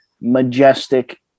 majestic